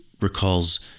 recalls